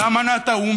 ואמנת האו"ם,